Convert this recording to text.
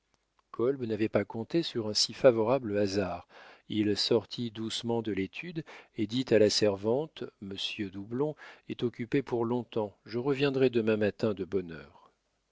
kolb n'avait pas compté sur un si favorable hasard il sortit doucement de l'étude et dit à la servante monsieur doublon est occupé pour long-temps je reviendrai demain matin de bonne